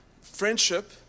Friendship